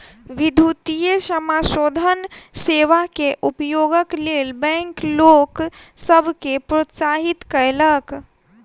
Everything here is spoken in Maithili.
विद्युतीय समाशोधन सेवा के उपयोगक लेल बैंक लोक सभ के प्रोत्साहित कयलक